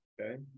okay